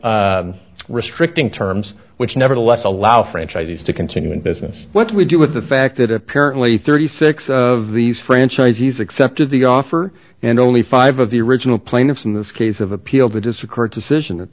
by restricting terms which nevertheless allow franchisees to continue in business what do we do with the fact that apparently thirty six of these franchisees accepted the offer and only five of the original plaintiffs in this case of appeal to discourage decision